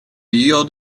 yield